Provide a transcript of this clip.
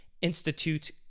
institute